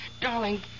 darling